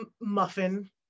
muffin